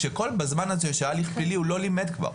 כשכל הזמן של ההליך הפלילי הוא לא לימד כבר.